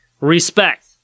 respect